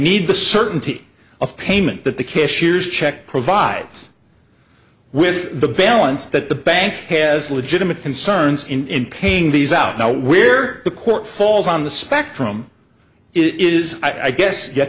need the certainty of payment that the kiss years check provide us with the balance that the bank has legitimate concerns in paying these out now we're the court falls on the spectrum it is i guess y